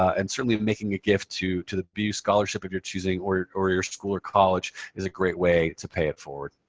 and certainly making a gift to to the bu scholarship of your choosing, or your or your school or college, is a great way to pay it forward.